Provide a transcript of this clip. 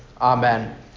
Amen